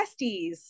besties